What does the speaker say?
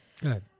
Good